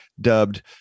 dubbed